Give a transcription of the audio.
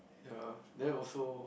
ya then also